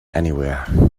anywhere